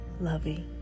lovey